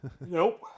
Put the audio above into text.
nope